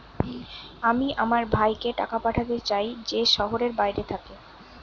আমি আমার ভাইকে টাকা পাঠাতে চাই যে শহরের বাইরে থাকে